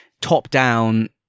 top-down